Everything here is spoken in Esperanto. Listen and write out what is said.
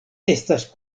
estas